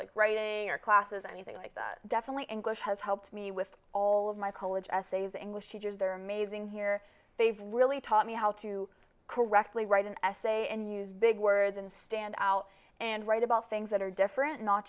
like writing classes anything like that definitely and bush has helped me with all of my college essays english teachers they're amazing here they've really taught me how to correctly write an essay and use big words and stand out and write about things that are different